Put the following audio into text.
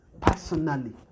personally